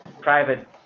private